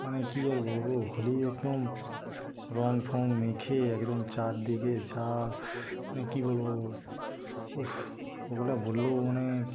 মানে কী আর বলবো হোলি একদম রঙ ফঙ মেখে একদম চারদিকে যা মানে কী বলবো উফফ ওগুলা বললেও মানে